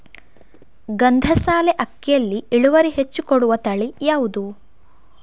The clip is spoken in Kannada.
ಗಂಧಸಾಲೆ ಅಕ್ಕಿಯಲ್ಲಿ ಇಳುವರಿ ಹೆಚ್ಚು ಕೊಡುವ ತಳಿ ಯಾವುದು?